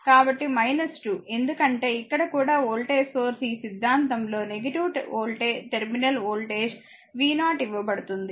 కాబట్టి 2 ఎందుకంటే ఇక్కడ కూడా వోల్టేజ్ సోర్స్ ఈ సిద్ధాంతంలో టెర్మినల్ వోల్టేజ్ v0 ఇవ్వబడుతుంది